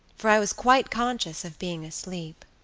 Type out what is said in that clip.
for i was quite conscious of being asleep.